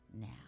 now